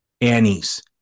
Annie's